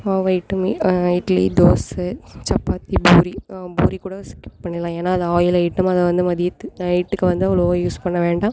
வைட்டமி இட்லி தோசை சப்பாத்தி பூரி பூரி கூட ஸ்கிப் பண்ணிடலாம் ஏன்னா அது ஆயில் ஐட்டம் அதை வந்து மதியத்து நைட்டுக்கு வந்து அவ்வளோவா யூஸ் பண்ண வேண்டாம்